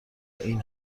این